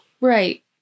Right